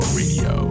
radio